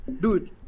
Dude